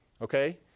okay